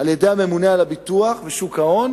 על-ידי הממונה על הביטוח בשוק ההון, הם